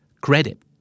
Credit